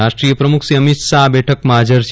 રાષ્ટ્રીય પ્રમુખશ્રી અમીત શાહ આ બેઠકમાં હાજર છે